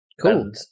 Cool